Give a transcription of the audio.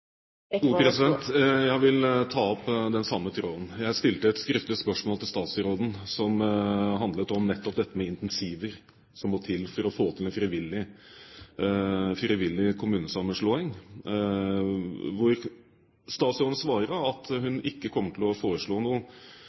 Jeg vil ta opp den samme tråden. Jeg stilte et skriftlig spørsmål til statsråden som handlet om nettopp dette med incentiver som må til for å få til en frivillig kommunesammenslåing. Statsråden svarer at hun ikke kommer til å foreslå